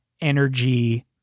energy